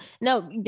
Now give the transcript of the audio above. no